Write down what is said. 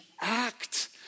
act